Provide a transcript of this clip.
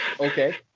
Okay